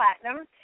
Platinum